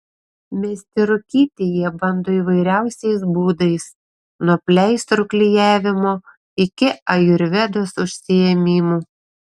mesti rūkyti jie bando įvairiausiais būdais nuo pleistrų klijavimo iki ajurvedos užsiėmimų